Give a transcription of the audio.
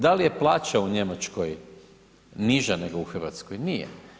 Da li je plaća u Njemačkoj niža nego u Hrvatskoj, nije.